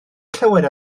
clywed